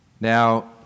Now